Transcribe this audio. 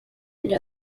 and